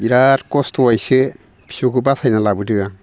बिराद खस्थ'यैसो फिसौखो बासायना लाबोदो आं